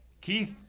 Keith